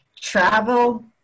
Travel